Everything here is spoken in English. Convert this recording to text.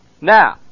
Now